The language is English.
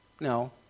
No